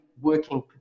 working